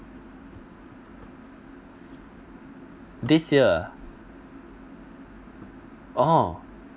this year ah oh